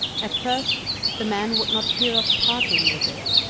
at first the man would not hear of parting with it,